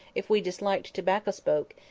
if we disliked tobacco-smoke,